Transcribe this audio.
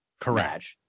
correct